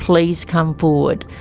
please come forward.